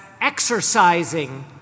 exercising